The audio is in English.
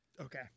Okay